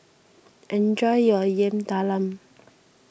enjoy your Yam Talam